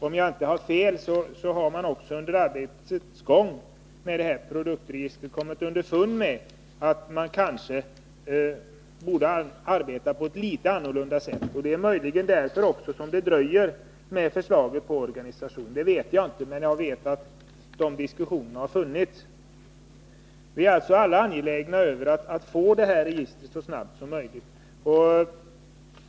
Om jag inte har fel har man också under arbetet med produktregistret kommit underfund med att man kanske borde arbeta på ett något annorlunda sätt. Det är möjligen därför som förslaget om organisation dröjer — det vet jag inte. Men jag vet att det har förts diskussioner om det. Vi är alltså alla angelägna om att så snart som möjligt få till stånd ett produktregister.